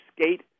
skate